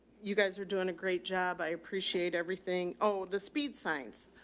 you guys are doing a great job. i appreciate everything. oh, this speed science.